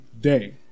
day